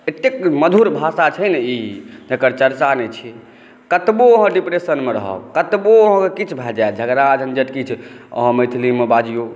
एतेक मधुर भाषा छै ने ई तेकर चरचा नहि छै कतबौ अहाँ डिप्रेशनमे रहब कतबौ अहाँकेॅं किछु भए जायत झगड़ा झंझट किछु अहाँ मैथिलीमे बजियो